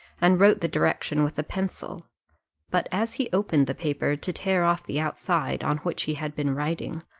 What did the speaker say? and wrote the direction with a pencil but as he opened the paper, to tear off the outside, on which he had been writing,